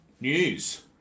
news